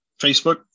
Facebook